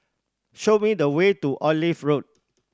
show me the way to Olive Road